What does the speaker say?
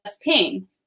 pain